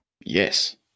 Yes